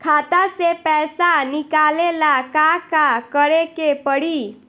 खाता से पैसा निकाले ला का का करे के पड़ी?